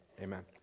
amen